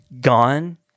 gone